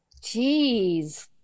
Jeez